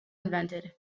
invented